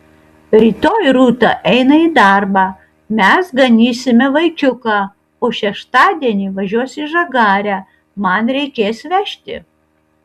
rytoj rūta eina į darbą mes ganysime vaikiuką o šeštadienį važiuos į žagarę man reikės vežti